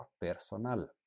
PERSONAL